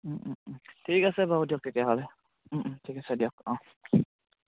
ঠিক আছে বাৰু দিয়ক তেতিয়াহ'লে ঠিক আছে দিয়ক অঁ